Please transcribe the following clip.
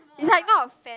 is like not a fan